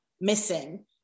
missing